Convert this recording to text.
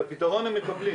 את הפתרון הם מקבלים.